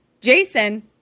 Jason